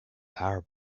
power